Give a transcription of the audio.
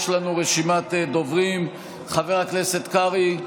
יש לנו רשימת דוברים: חבר הכנסת קרעי,